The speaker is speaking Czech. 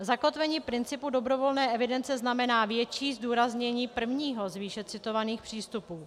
Zakotvení principu dobrovolné evidence znamená větší zdůraznění prvního z výše citovaných přístupů.